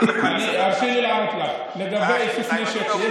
תרשי לי לענות לך לגבי איסוף נשק,